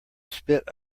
spit